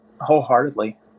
wholeheartedly